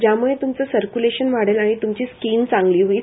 ज्यामुळे त्मचं सक्र्य्लेशन वाढेल आणि त्मची स्किन चांगली होईल